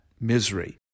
misery